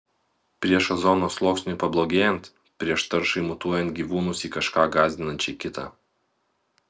prieš ozono sluoksniui pablogėjant prieš taršai mutuojant gyvūnus į kažką gąsdinančiai kitą